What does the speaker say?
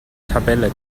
tabelle